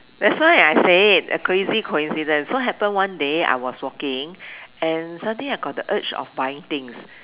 that's why I said a crazy coincidence so happen one day I was walking and suddenly I got the urge of buying things